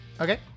Okay